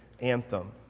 anthem